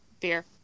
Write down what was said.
beer